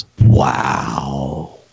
Wow